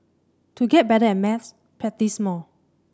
to get better at maths practise more